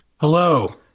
Hello